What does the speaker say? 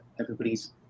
everybody's